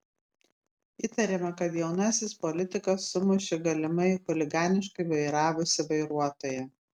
įtariama kad jaunasis politikas sumušė galimai chuliganiškai vairavusį vairuotoją